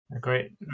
Great